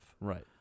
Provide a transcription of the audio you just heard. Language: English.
Right